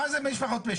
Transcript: מה זה משפחות פשע?